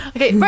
Okay